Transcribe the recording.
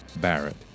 Barrett